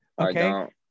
Okay